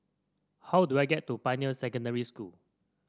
how do I get to Pioneer Secondary School